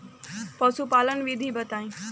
पशुपालन विधि बताई?